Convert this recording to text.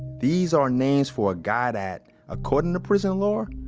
these are names for a guy that according to prison lore,